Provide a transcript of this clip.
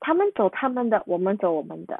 他们走他们的我们走我们的